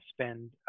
spend